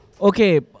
Okay